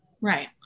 Right